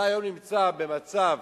היום אתה נמצא במצב